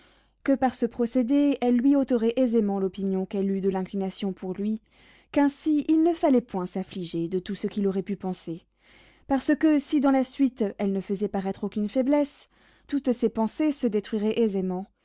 que par ce procédé elle lui ôterait aisément l'opinion qu'elle eût de l'inclination pour lui qu'ainsi il ne fallait point s'affliger de tout ce qu'il aurait pu penser parce que si dans la suite elle ne faisait paraître aucune faiblesse toutes ses pensées se détruiraient aisément